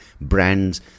brands